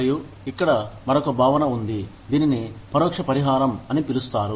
మరియు ఇక్కడ మరొక భావన ఉంది దీనిని పరోక్ష పరిహారం అని పిలుస్తారు